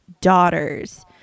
daughters